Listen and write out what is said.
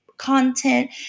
content